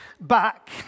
back